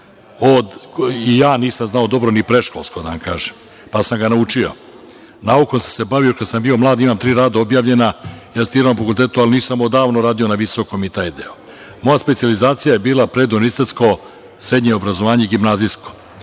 I ja nisam znao dobro ni predškolsko, pravo da vam kažem, pa sam ga naučio. Naukom sam se bavio kad sam bio mlad, imam tri rada objavljena, asistirao na fakultetu, ali nisam odavno na visokom i taj deo. Moja specijalizacija je bila preduniverzitetsko srednje obrazovanje, gimnazijsko,